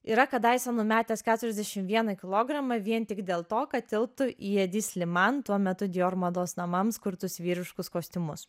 yra kadaise numetęs keturiasdešim vieną kilogramą vien tik dėl to kad tilptų į edisli man tuo metu dijor mados namams kurtus vyriškus kostiumus